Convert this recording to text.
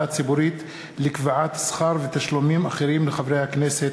הציבורית לקביעת שכר ותשלומים אחרים לחברי הכנסת.